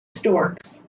storks